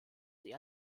sie